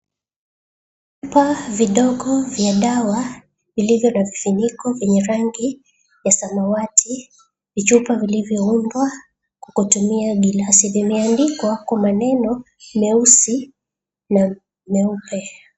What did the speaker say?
Vichupa vidogo vya dawa vilivyo na vifiniko vya rangi ya samawati, vichupa vilivyoundwa kwa kutumia glass vimeandikwa kwa maneno meusi na meupe.